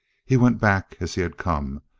he went back as he had come,